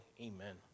Amen